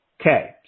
Okay